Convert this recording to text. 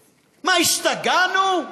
מה, השתגענו?